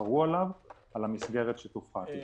שיתחרו עליו, על המסגרת שתופחת לו.